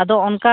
ᱟᱫᱚ ᱚᱱᱠᱟ